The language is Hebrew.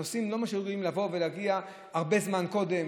הנוסעים לא יכולים להגיע הרבה זמן קודם.